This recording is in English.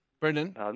Brendan